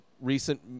recent